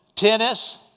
Tennis